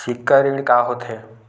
सिक्छा ऋण का होथे?